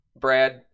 Brad